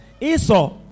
Esau